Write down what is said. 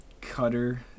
cutter